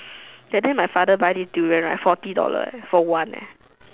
that day my father buy this durian right forty dollars eh for one leh